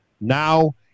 now